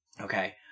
okay